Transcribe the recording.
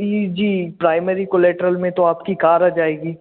ई जी primary collateral में तो आपकी कार आ जाएगी